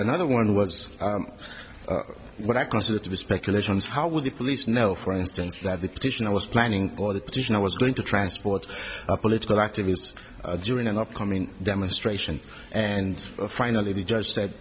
another one was what i consider to be speculations how would the police know for instance that the petition i was planning or the petition i was going to transport a political activist during an upcoming demonstration and finally the judge said